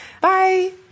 Bye